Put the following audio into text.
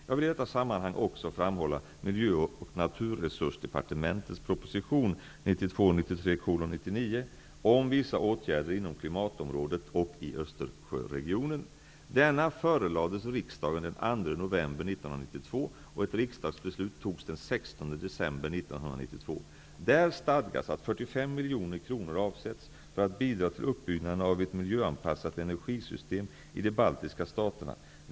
Jag vill i detta sammanhang också framhålla 1992/93:99 om vissa åtgärder inom klimatområdet och i Östersjöregionen. Denna förelades riksdagen den 2 november 1992, och ett riksdagsbeslut togs den 16 december 1992. Där stadgas att 45 miljoner kronor avsätts för att bidra till uppbyggnaden av ett miljöanpassat energisystem i de baltiska staterna.